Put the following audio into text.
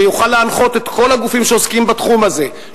שיוכל להנחות את כל הגופים שעוסקים בתחום הזה,